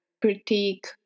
critique